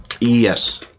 Yes